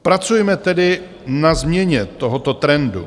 Pracujme tedy na změně tohoto trendu.